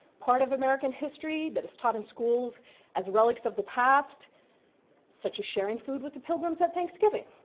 part of american history that is taught in schools as relics of the past such as sharing food with the pilgrims at thanksgiving,